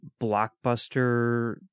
blockbuster